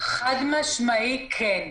חד-משמעית כן.